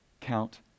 count